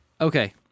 okay